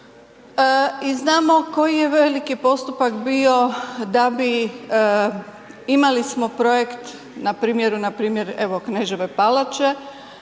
i znamo koji je veliki postupak bio da bi imali smo projekt na primjeru, npr. evo Kneževe palače